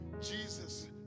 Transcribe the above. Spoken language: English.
Jesus